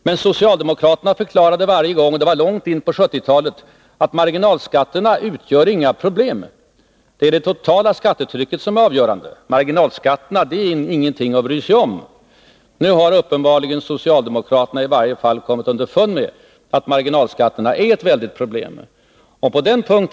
Men socialdemokraterna förklarade varje gång, långt in på 1970-talet, att marginalskatterna inte utgör några problem. Det totala skattetrycket är avgörande. Marginalskatterna är ingenting att bry sig om. Nu har socialdemokraterna uppenbarligen i alla fall kommit underfund med att marginalskatterna är ett väldigt problem.